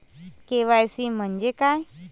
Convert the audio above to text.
KYC म्हंजे काय?